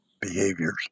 behaviors